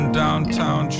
downtown